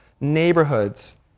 neighborhoods